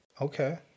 Okay